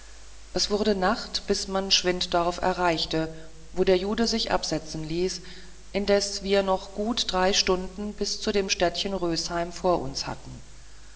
es wurde nacht bis man schwinddorf erreichte wo der jude sich absetzen ließ indes wir noch drei gute stunden bis zu dem städtchen rösheim vor uns hatten